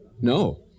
No